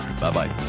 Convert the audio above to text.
Bye-bye